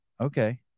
Okay